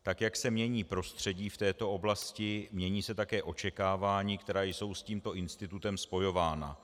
Tak jak se mění prostředí v této oblasti, mění se také očekávání, která jsou s tímto institutem spojována.